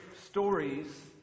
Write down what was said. stories